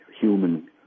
human